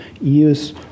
use